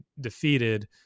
defeated